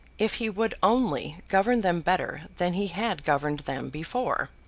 if he would only govern them better than he had governed them before